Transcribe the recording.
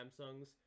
Samsungs